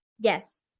Yes